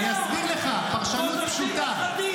אני אסביר לך, פרשנות פשוטה.